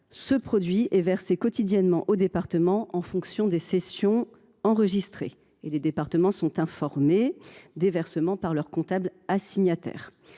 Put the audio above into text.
obligatoire est versé quotidiennement aux départements en fonction des cessions enregistrées, et les départements sont informés des versements par leurs comptables assignataires.